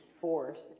forced